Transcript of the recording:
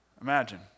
Imagine